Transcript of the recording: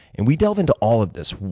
and we delve into all of this.